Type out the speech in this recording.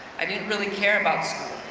i didn't really care about